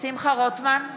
שמחה רוטמן,